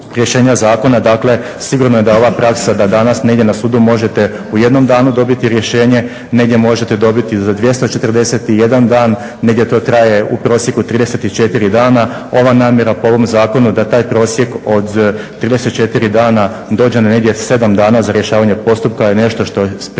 dakle sigurno je da ova praksa da danas negdje na sudu možete u jednom danu dobiti rješenje, negdje možete dobiti za 241 dan, negdje to traje u prosjeku 34 dana. Ova namjera po ovom zakonu je da taj prosjek od 34 dana dođe na negdje 7 dana za rješavanje postupka je nešto što prije